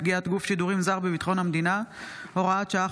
פגיעת גוף שידורים זר בביטחון המדינה (הוראת שעה,